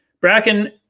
bracken